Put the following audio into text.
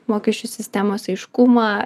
mokesčių sistemos aiškumą